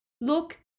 Look